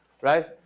right